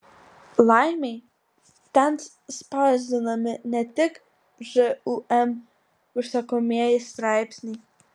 laimei ten spausdinami ne tik žūm užsakomieji straipsniai